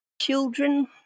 children